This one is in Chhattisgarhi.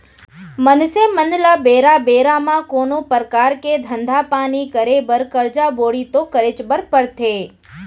मनसे मन ल बेरा बेरा म कोनो परकार के धंधा पानी करे बर करजा बोड़ी तो करेच बर परथे